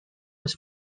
was